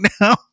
now